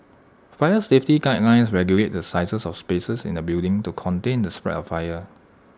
fire safety guidelines regulate the sizes of spaces in A building to contain the spread of fire